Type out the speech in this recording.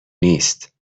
نیست